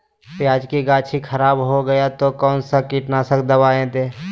प्याज की गाछी खराब हो गया तो कौन सा कीटनाशक दवाएं दे?